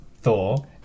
Thor